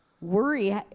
Worry